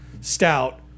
stout